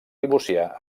divorciar